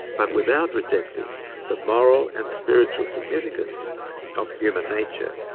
but without rejecting the moral and spiritual significance of human nature.